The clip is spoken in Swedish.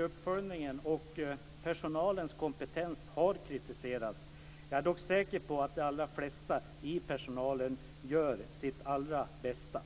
uppföljningen och personalens kompetens har kritiserats. Jag är dock säker på att de allra flesta i personalen gör sitt allra bästa.